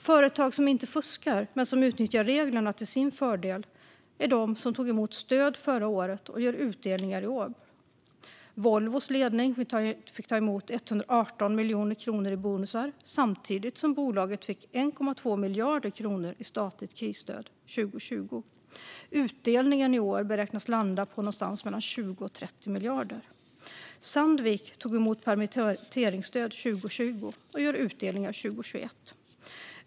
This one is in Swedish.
Företag som inte fuskar men som utnyttjar reglerna till sin fördel är de som tog emot stöd förra året och som gör utdelningar i år. Volvos ledning fick ta emot 118 miljoner kronor i bonusar samtidigt som bolaget fick 1,2 miljarder kronor i statligt krisstöd 2020. Utdelningen i år beräknas landa på någonstans mellan 20 och 30 miljarder. Sandvik tog emot permitteringsstöd 2020 och gör utdelningar 2021.